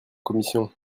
commission